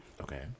Okay